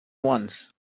once